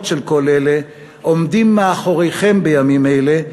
של כל אלה עומדים מאחוריכם בימים אלה,